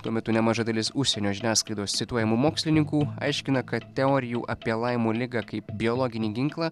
tuo metu nemaža dalis užsienio žiniasklaidos cituojamų mokslininkų aiškina kad teorijų apie laimo ligą kaip biologinį ginklą